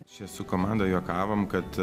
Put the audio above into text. čia su komanda juokavom kad